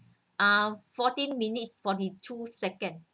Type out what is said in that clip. uh fourteen minutes forty two second